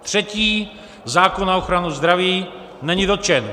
Třetí: zákon na ochranu zdraví není dotčen.